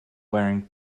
wearing